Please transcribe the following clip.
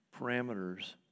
parameters